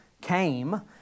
came